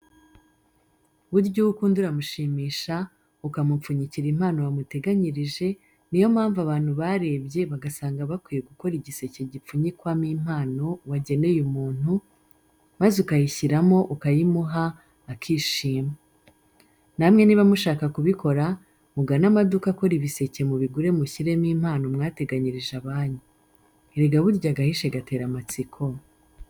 Burya uwukunda uramushimisha, ukamupfunyikira impano wamuteganyirije ni yo mpamvu abantu barebye bagasanga bakwiye gukora igiseke gipfunyikwamo impano wageneye umuntu, maze ukayishyiramo ukayimuha akishima. Namwe niba mushaka kubikora mugane amaduka akora ibiseke mubigure mushyiremo impano mwateganyirije abanyu. Erega burya agahishe gatera amatsiko.